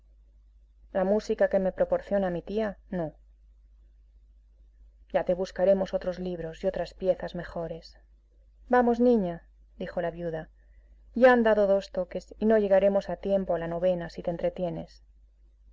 la música que me proporciona mi tía no ya te buscaremos otros libros y otras piezas mejores vamos niña dijo la viuda ya han dado dos toques y no llegaremos a tiempo a la novena si te entretienes